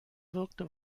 wirkte